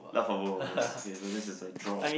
laugh for both of us okay so this is a draw